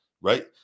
right